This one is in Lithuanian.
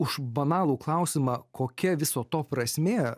už banalų klausimą kokia viso to prasmė